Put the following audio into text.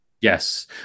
Yes